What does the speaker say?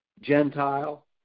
Gentile